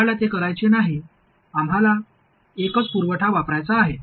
आम्हाला ते करायचे नाही आम्हाला एकच पुरवठा वापरायचा आहे